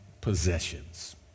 possessions